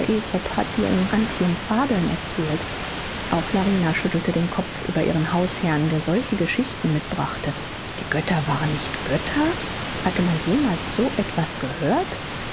hat dir in antium fabeln erzählt auch larina schüttelte den kopf über ihren hausherrn der solche geschichten mitbrachte die götter wären nicht götter hatte man jemals so etwas gehört